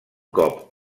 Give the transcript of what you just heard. cop